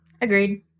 Agreed